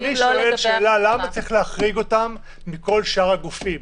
אני שואל למה צריך להחריג אותם מכל שאר הגופים.